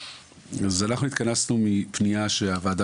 התכנסנו בעקבות פנייה לוועדה